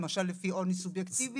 למשל לפי עוני סובייקטיבי,